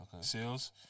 sales